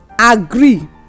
Agree